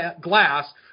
glass